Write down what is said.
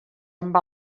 amb